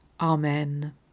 Amen